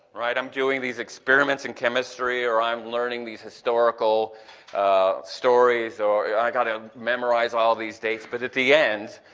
right? i'm doing these experiments in chemistry, or i'm learning these historical stories or i've got to memorize all these dates but in the end,